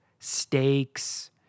steaks